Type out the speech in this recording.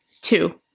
two